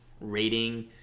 rating